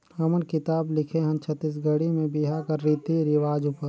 हमन किताब लिखे हन छत्तीसगढ़ी में बिहा कर रीति रिवाज उपर